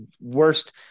worst